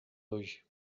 hoje